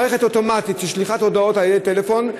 מערכת אוטומטית של שליחת הודעות על-ידי טלפון,